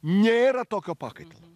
nėra tokio pakaitalo